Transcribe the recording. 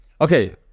okay